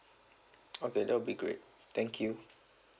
okay that will be great thank you